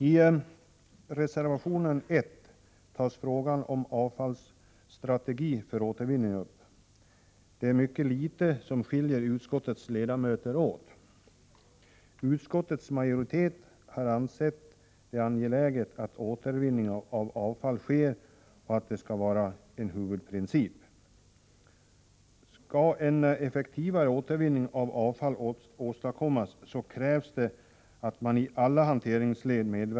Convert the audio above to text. I reservation 1 tas frågan om avfallsstrategi för återvinning upp. Det är mycket litet som skiljer utskottets ledamöter åt. Utskottets majoritet har ansett det angeläget att återvinning av avfall sker och att detta skall vara en huvudprincip. Skall en effektivare återvinning av avfall kunna åstadkommas, krävs medverkan i alla hanteringsled.